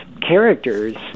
characters